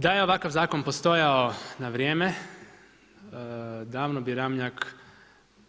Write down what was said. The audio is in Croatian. Da je ovakav zakon postajao na vrijeme davno bi RAmljak,